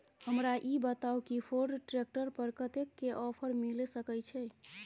हमरा ई बताउ कि फोर्ड ट्रैक्टर पर कतेक के ऑफर मिलय सके छै?